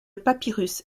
papyrus